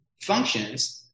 functions